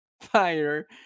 fire